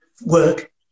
work